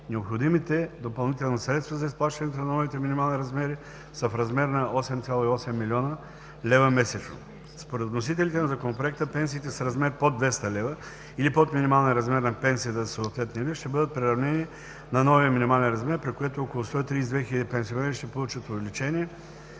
Необходимите допълнителни средства за изплащането на новите минимални размери са в размер 8,8 млн. лв. месечно. Според вносителите на Законопроекта пенсиите с размер под 200 лв. или под минималния размер на пенсията за съответния вид, ще бъдат приравнени на новия минимален размер, при което около 132 хиляди пенсионери ще получат увеличение,